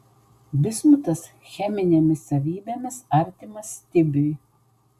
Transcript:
bismutas cheminėmis savybėmis artimas stibiui